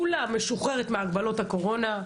כולה משוחררת מהגבלות הקורונה,